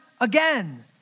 again